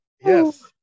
Yes